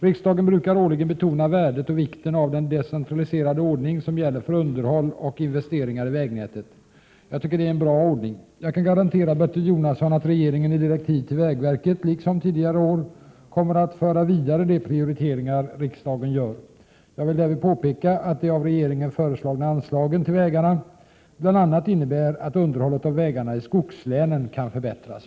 Riksdagen brukar årligen betona värdet och vikten av den decentraliserade ordning som gäller för underhåll och investeringar i vägnätet. Jag tycker det är en bra ordning. Jag kan garantera Bertil Jonasson att regeringen i direktiv till vägverket — liksom tidigare år — kommer att föra vidare de prioriteringar riksdagen gör. Jag vill därvid påpeka att de av regeringen föreslagna anslagen till vägarna bl.a. innebär att underhållet av vägarna i skogslänen kan förbättras.